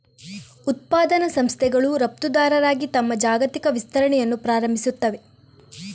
ಉತ್ಪಾದನಾ ಸಂಸ್ಥೆಗಳು ರಫ್ತುದಾರರಾಗಿ ತಮ್ಮ ಜಾಗತಿಕ ವಿಸ್ತರಣೆಯನ್ನು ಪ್ರಾರಂಭಿಸುತ್ತವೆ